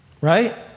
Right